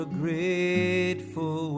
grateful